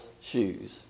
shoes